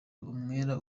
umwera